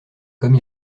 comme